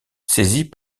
saisis